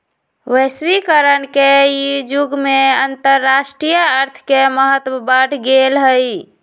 वैश्वीकरण के इ जुग में अंतरराष्ट्रीय अर्थ के महत्व बढ़ गेल हइ